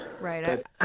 Right